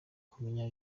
kumenya